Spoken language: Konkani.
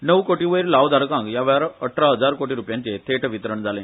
णव कोटी वयर लावधारकांक यावेळार अठरा हजार कोटी रूपयांचे थेट वितरण जाले